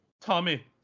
Tommy